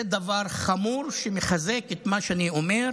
זה דבר חמור, שמחזק את מה שאני אומר,